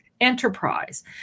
enterprise